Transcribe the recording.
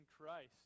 Christ